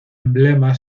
emblema